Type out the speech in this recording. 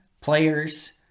players